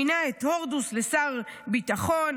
מינה את הורדוס לשר ביטחון,